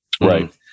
Right